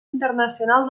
internacional